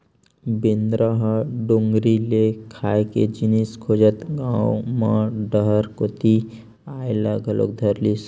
बेंदरा ह डोगरी ले खाए के जिनिस खोजत गाँव म डहर कोती अये ल घलोक धरलिस